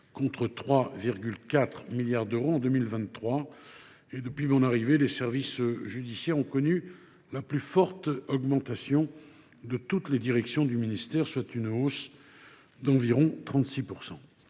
contre 3,4 milliards d’euros en 2023. Depuis mon arrivée, les services judiciaires ont connu la plus forte augmentation de toutes les directions du ministère, soit une hausse d’environ 36 %.